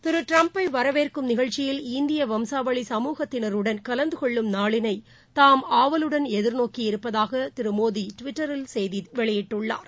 திருட்ரம்பைவரவேற்கும் நிகழ்ச்சியில் இந்தியவம்சாவளி சமூகத்தினருடன் கலந்தகொள்ளும் நாளினைதாம் ஆவலுடன் எதிர்நோக்கியிருப்பதாகதிருமோடிட்விட்டர் செய்தியில் கூறியுள்ளார்